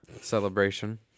celebration